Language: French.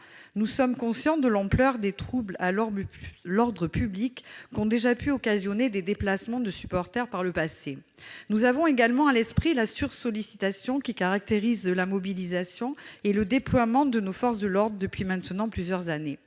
Nous sommes conscients de l'ampleur des troubles à l'ordre public qu'ont déjà pu occasionner des déplacements de supporters par le passé. Nous avons également à l'esprit la sursollicitation qui caractérise la mobilisation et le déploiement de nos forces de l'ordre depuis maintenant plusieurs années.